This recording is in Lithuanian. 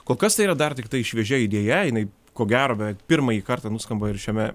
kol kas tai yra dar tiktai šviežia idėja jinai ko gero beveik pirmąjį kartą nuskamba ir šiame